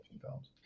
films